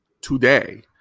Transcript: today